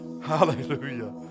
Hallelujah